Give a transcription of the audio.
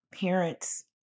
parents